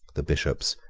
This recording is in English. the bishops,